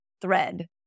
thread